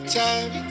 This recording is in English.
time